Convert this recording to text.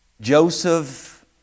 Joseph